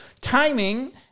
timing